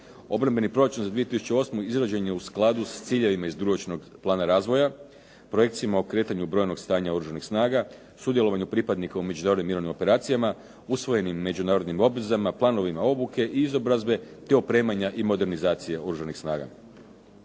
Obrambeni proračun za 2008. izrađen je u skladu sa ciljevima iz dugoročnog plana razvoja, …/Govornik se ne razumije./… o kretanju brojnog stanja Oružanih snaga, sudjelovanju pripadnika u međunarodnim mirovnim operacijama, usvojenim međunarodnim obvezama, planovima obuke i izobrazbe te opremanja i modernizacije Oružanih snaga.